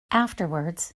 afterwards